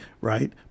right